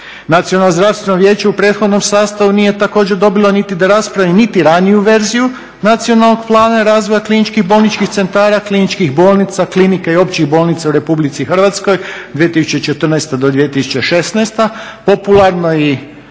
Nacionalno zdravstveno vijeće u prethodnom sastavu nije također dobilo niti da raspravi niti raniju verziju nacionalnog plana razvoja kliničkih bolničkih centara, kliničkih bolnica, klinika i općih bolnica u Republici Hrvatskoj 2014. do 2016. popularno i